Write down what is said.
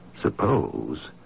Suppose